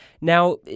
Now